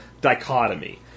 dichotomy